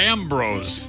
Ambrose